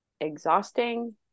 exhausting